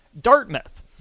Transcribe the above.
Dartmouth